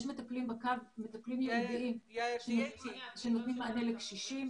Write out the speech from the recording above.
יש מטפלים ייעודיים שנותנים מענה לקשישים,